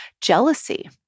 jealousy